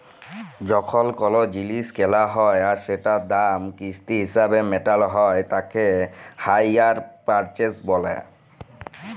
যখল কল জিলিস কেলা হ্যয় আর সেটার দাম কিস্তি হিছাবে মেটাল হ্য়য় তাকে হাইয়ার পারচেস ব্যলে